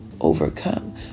overcome